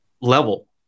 level